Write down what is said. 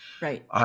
Right